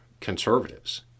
conservatives